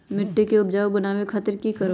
मिट्टी के उपजाऊ बनावे खातिर की करवाई?